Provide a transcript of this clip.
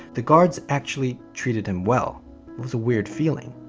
the guards actually treated him well. it was a weird feeling.